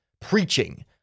preaching